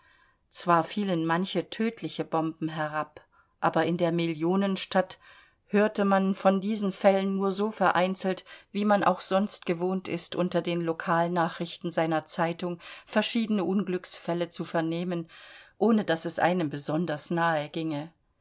zwar fielen manche tötliche bomben herab aber in der millionenstadt hörte man von diesen fällen nur so vereinzelt wie man auch sonst gewohnt ist unter den lokalnachrichten seiner zeitung verschiedene unglücksfälle zu vernehmen ohne daß es einem besonders nahe ginge